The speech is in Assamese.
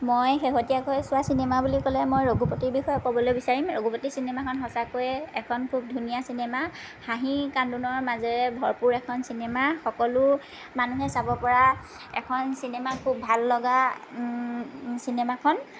মই শেহতীয়াকৈ চোৱা চিনেমা বুলি ক'লে মই ৰঘুপতিৰ বিষয়ে ক'বলৈ বিচাৰিম ৰঘুপতি চিনেমাখন সঁচাকৈয়ে এখন খুব ধুনীয়া চিনেমা হাঁহি কান্দোনৰ মাজেৰে ভৰপূৰ এখন চিনেমা সকলো মানুহে চাব পৰা এখন চিনেমা খুব ভাল লগা চিনেমাখন